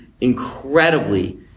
incredibly